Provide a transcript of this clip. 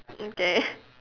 okay